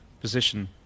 position